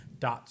dot's